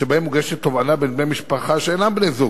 שבהם מוגשת תובענה בין בני-משפחה שאינם בני-זוג.